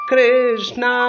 Krishna